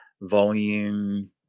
volume